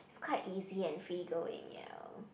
is quite easy and free going ya